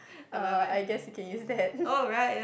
uh I guess you can use that